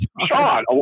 Sean